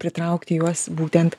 pritraukti juos būtent